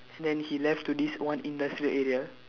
then he left to this one industrial area